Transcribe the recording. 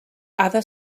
other